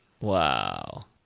Wow